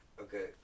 Okay